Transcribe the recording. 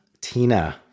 Tina